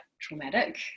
traumatic